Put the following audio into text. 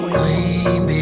Clean